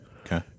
Okay